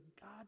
God